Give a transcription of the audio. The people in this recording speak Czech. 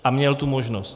A měl tu možnost.